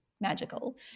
magical